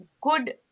good